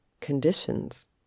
conditions